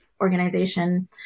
organization